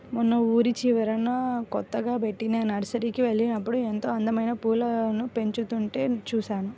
మొన్న ఊరి చివరన కొత్తగా బెట్టిన నర్సరీకి వెళ్ళినప్పుడు ఎంతో అందమైన పూలను పెంచుతుంటే చూశాను